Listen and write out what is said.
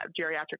geriatric